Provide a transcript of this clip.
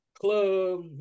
club